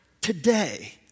today